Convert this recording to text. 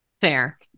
Fair